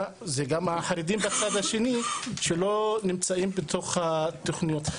זה גם החרדים בצד השני שלא נמצאים בתוך התוכניות.